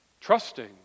trusting